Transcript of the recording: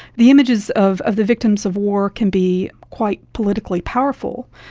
the images of of the victims of war can be quite politically powerful,